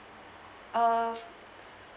err